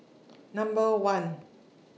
Number one